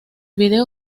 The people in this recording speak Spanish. vídeo